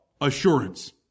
assurance